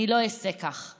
אני לא אעשה כך.